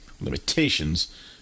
Limitations